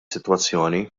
sitwazzjoni